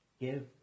Give